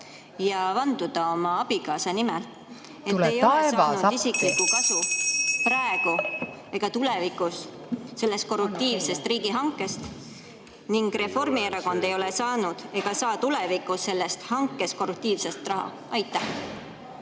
helistab kella.) ... te ei ole saanud isiklikku kasu praegu ega tulevikus sellest korruptiivsest riigihankest ning Reformierakond ei ole saanud ega saa tulevikus sellest hankest korruptiivset raha? ...